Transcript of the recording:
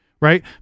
right